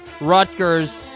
Rutgers